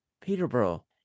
Peterborough